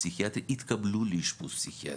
פסיכיאטרי יתקבלו לאשפוז פסיכיאטרי.